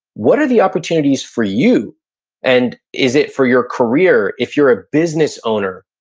what are the opportunities for you and is it for your career? if you're a business owner,